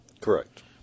Correct